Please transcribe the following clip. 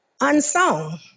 unsung